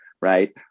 Right